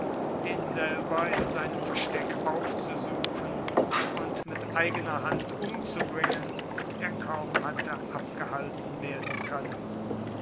den selber in seinem versteck aufzusuchen und mit eigener hand umzubringen er kaum hatte abgehalten werden können